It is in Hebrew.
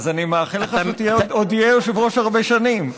אז אני מאחל לך שעוד תהיה יושב-ראש הרבה שנים.